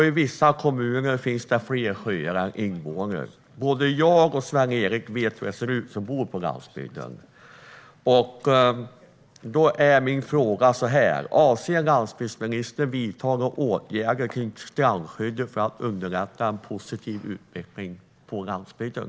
I vissa kommuner finns fler sjöar än invånare. Både jag och Sven-Erik vet hur det ser ut, eftersom vi bor på landsbygden. Avser landsbygdsministern att vidta några åtgärder vad gäller strandskyddet för att underlätta för en positiv utveckling på landsbygden?